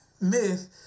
myth